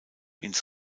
ins